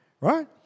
right